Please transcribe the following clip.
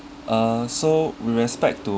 uh so we respect to